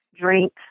drink